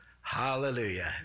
hallelujah